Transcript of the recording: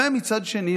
ומצד שני,